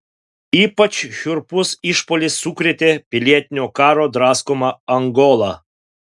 ypač šiurpus išpuolis sukrėtė pilietinio karo draskomą angolą